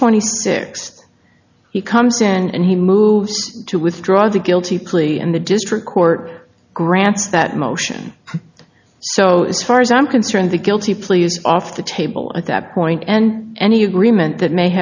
twenty sixth he comes in and he moves to withdraw the guilty plea and the district court grants that motion so as far as i'm concerned the guilty pleas off the table at that point and any agreement that may